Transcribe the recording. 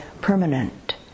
permanent